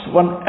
one